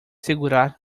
segurar